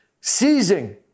Seizing